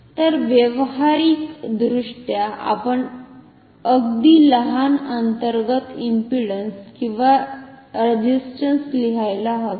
तर व्यावहारिकदृष्ट्या आपण अगदी लहान अंतर्गत इंपिडंस किंवा रेझिस्टंस लिहायला हवे